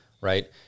right